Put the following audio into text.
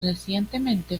recientemente